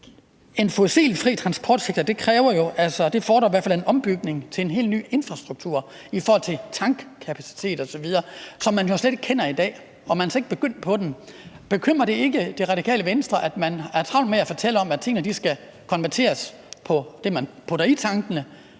en fossilfri transportsektor fordrer i hvert fald en ombygning til en helt ny infrastruktur i forhold til tankkapacitet osv., som man jo slet ikke kender i dag, og man er altså ikke begyndt på den. Bekymrer det ikke Det Radikale Venstre, at man har travlt med at fortælle om, at tingene skal konverteres, altså det, man putter i tankene,